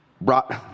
brought